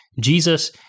Jesus